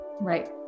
Right